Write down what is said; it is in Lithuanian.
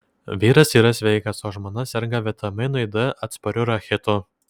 vyras yra sveikas o žmona serga vitaminui d atspariu rachitu